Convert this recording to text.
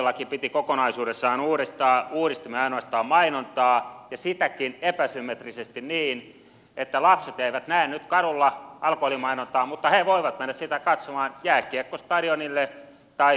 alkoholilaki piti kokonaisuudessaan uudistaa uudistimme ainoastaan mainontaa ja sitäkin epäsymmetrisesti niin että lapset eivät näe nyt kadulla alkoholimainontaa mutta he voivat mennä sitä katsomaan jääkiekkostadionille tai festareille